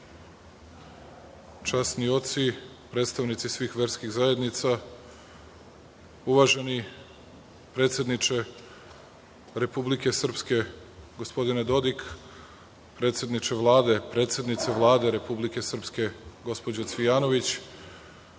časni oci, predstavnici svih verskih zajednica, uvaženi predsedniče Republike Srpske gospodine Dodik, predsednice Vlade Republike Srpske gospođo Cvijanović,